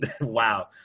wow